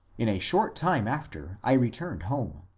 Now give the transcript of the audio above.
in a short time after i returned home.